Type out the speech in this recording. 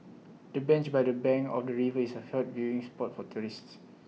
the bench by the bank of the river is A hot viewing spot for tourists